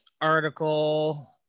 article